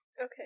Okay